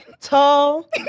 tall